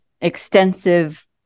extensive